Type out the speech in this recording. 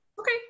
Okay